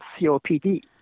COPD